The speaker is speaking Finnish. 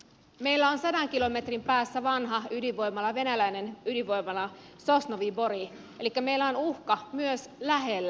meillä on sadan kilometrin päässä vanha ydinvoimala venäläinen ydinvoimala sosnovyi bor elikkä meillä on uhka myös lähellä